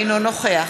אינו נוכח